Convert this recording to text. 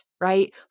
right